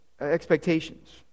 expectations